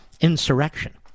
Insurrection